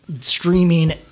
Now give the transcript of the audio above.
streaming